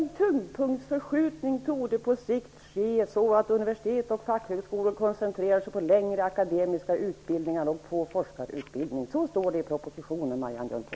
Herr talman! En tyngdpunktsförskjutning torde på sikt ske så att universitet och fackhögskolor koncentrerar sig på längre akademiska utbildningar och på forskarutbildning. Så står det i propositionen, Marianne Jönsson.